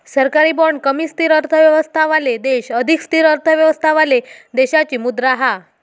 सरकारी बाँड कमी स्थिर अर्थव्यवस्थावाले देश अधिक स्थिर अर्थव्यवस्थावाले देशाची मुद्रा हा